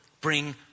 bring